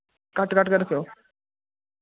घट्ट घट्ट गै रक्खेओ